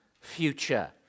future